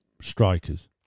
strikers